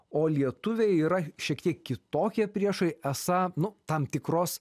o lietuviai yra šiek tiek kitokie priešai esą nu tam tikros